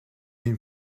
une